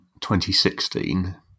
2016